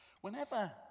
Whenever